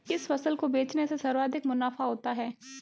किस फसल को बेचने से सर्वाधिक मुनाफा होता है?